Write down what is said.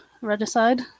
regicide